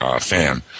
fan